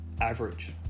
Average